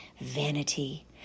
Vanity